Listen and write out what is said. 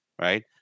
right